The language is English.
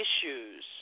issues